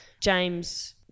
James